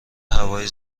هوای